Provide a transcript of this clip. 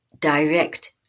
direct